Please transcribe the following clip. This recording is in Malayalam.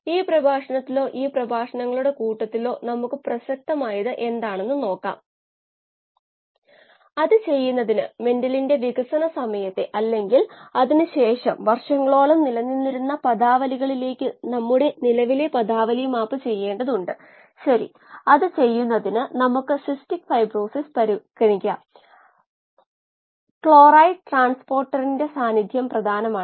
ദ്രാവകം ഗ്യാസ് ഘട്ടവുമായി സാച്ചുറേഷൻ അല്ലെങ്കിൽ സന്തുലിതാവസ്ഥയിലെത്തിയെന്ന് ഇത് സൂചിപ്പിക്കുന്നു അത് ഇവിടെ വായുവാണ്